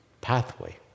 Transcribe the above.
pathway